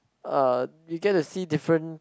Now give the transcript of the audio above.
uh you get to see different